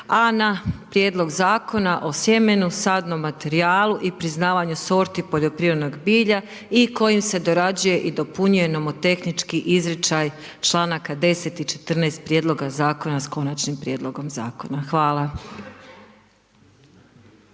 a na prijedlog Zakona o sjemenu, sadnom materijalu i priznavanju sorti poljoprivrednog bilja i kojim se dorađuje i dopunjuje imamo tehnički izričaj čl. 10 i čl. 14. Prijedloga Zakona s Konačnim prijedloga Zakona. Hvala.